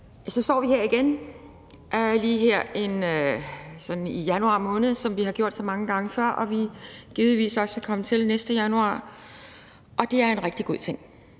Så står vi her igen i januar måned, som vi har gjort så mange gange før og vi givetvis også vil komme til at gøre næste januar, og det er en rigtig god ting.